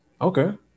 Okay